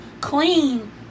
clean